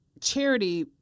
charity